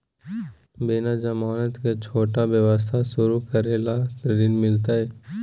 बिना जमानत के, छोटा व्यवसाय शुरू करे ला ऋण मिलतई?